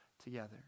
together